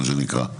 מה שנקרא.